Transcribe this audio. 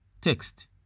Text